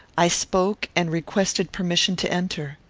i spoke, and requested permission to enter.